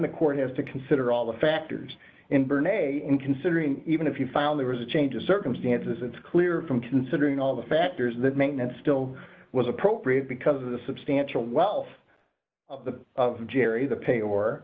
the court has to consider all the factors in bernay in considering even if you found there was a change in circumstances it's clear from considering all the factors that make that still was appropriate because of the substantial wealth of the jerry the pay or